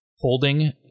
holding